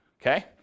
Okay